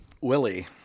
Willie